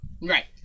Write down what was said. Right